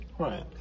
Right